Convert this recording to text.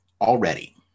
already